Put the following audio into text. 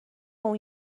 اون